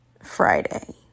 Friday